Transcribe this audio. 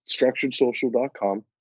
structuredsocial.com